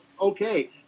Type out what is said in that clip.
okay